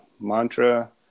mantra